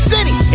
City